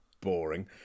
boring